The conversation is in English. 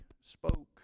spoke